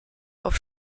auf